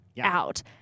out